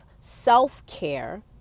self-care